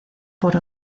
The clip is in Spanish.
por